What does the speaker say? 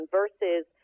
versus